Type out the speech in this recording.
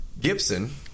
Gibson